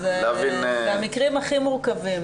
אלה המקרים הכי מורכבים,